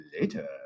later